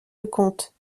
leconte